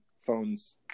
phones